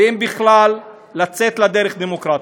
ואם בכלל, לצאת לדרך דמוקרטית.